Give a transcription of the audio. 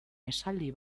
esaldi